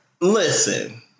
Listen